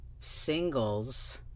Singles